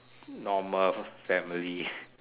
normal family